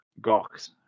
Gox